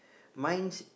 mine's